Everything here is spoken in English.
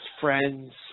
friends